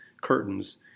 curtains